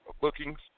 bookings